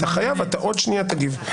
עוד שנייה אתה תגיב.